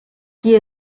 qui